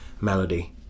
melody